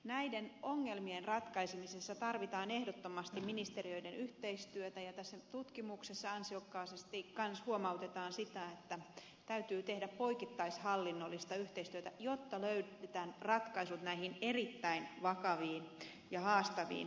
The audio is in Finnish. näiden ongelmien ratkaisemisessa tarvitaan ehdottomasti ministeriöiden yhteistyötä ja tässä tutkimuksessa ansiokkaasti kanssa huomautetaan siitä että täytyy tehdä poikittaishallinnollista yhteistyötä jotta löydetään ratkaisut näihin erittäin vakaviin ja haastaviin kysymyksiin